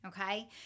okay